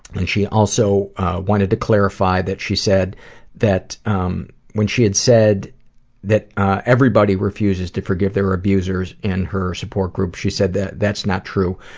and, she also wanted to clarify that she said that um when she had said that everybody refuses to forgive their abusers in her support group, she said that's not true.